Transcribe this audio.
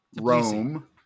rome